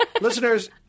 Listeners